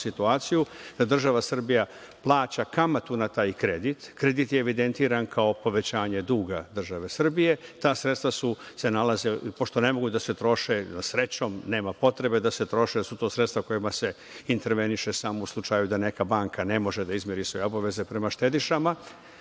situaciju da država Srbija plaća kamatu na taj kredit. Kredit je evidentiran kao povećanje duga države Srbije. Pošto ne mogu da se troše, srećom nema potrebe da se troše, jer su to sredstva kojima se interveniše samo u slučajevima da neka banka ne može da izmiri svoje obaveze prema štedišama,